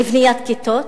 לבניית כיתות